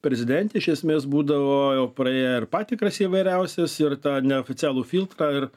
prezidente iš esmės būdavo jau praėję ir patikras įvairiausias ir tą neoficialų filtrą ir